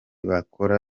bakora